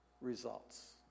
results